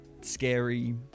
scary